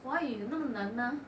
华语那么难吗